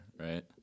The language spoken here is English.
right